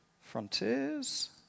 frontiers